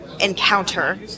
encounter